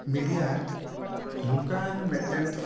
media ᱱᱚᱝᱠᱟᱱ ᱢᱤᱫ ᱴᱮᱱ